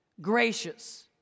gracious